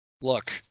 Look